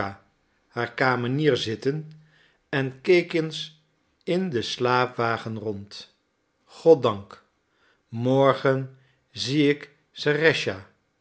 haar kamenier zitten en keek eens in den slaapwagen rond goddank morgen zie ik